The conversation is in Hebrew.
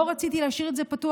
לא רציתי להשאיר את זה פתוח,